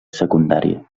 secundària